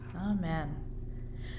Amen